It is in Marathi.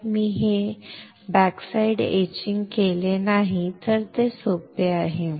तर मी हे बॅकसाइड एचिंग केले नाही तर ते सोपे आहे